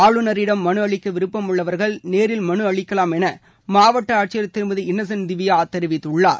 ஆளுநரிடம் மனு அளிக்க விருப்பமுள்ளவர்கள் நேரில் மனு அளிக்கலாம் என மாவட்ட ஆட்சியர் திருமதி இன்னசென்ட் திவ்யா தெரிவித்துள்ளார்